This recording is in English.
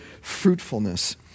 fruitfulness